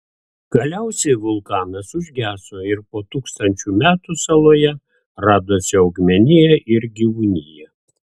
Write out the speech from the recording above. galiausiai vulkanas užgeso ir po tūkstančių metų saloje radosi augmenija ir gyvūnija